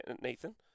Nathan